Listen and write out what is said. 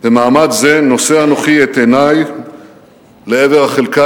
במעמד זה נושא אנוכי את עיני לעבר החלקה